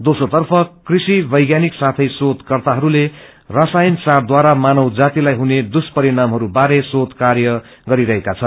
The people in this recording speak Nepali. योस्रो तर्फ कृषि वैानिक साथै शेषकर्ताहरूले रसायन सार द्वारा मानव जातिलाई हुने दुष्परिएणमहरू बारे शेष काम्र गरिरहेका छन्